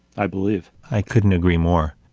i believe. i couldn't agree more.